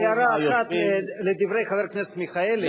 רק הערה אחת לדברי חבר הכנסת מיכאלי,